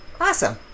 awesome